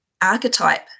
archetype